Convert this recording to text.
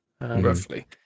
Roughly